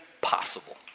possible